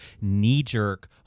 knee-jerk